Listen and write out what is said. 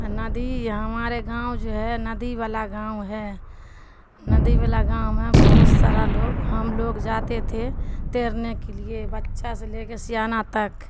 ندی ہمارے گاؤں جو ہے ندی والا گاؤں ہے ندی والا گاؤں میں بہت سارا لوگ ہم لوگ جاتے تھے تیرنے کے لیے بچہ سے لے کے سیاانہ تک